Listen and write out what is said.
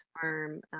firm